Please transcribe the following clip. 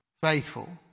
faithful